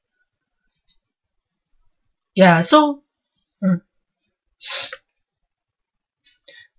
ya so mm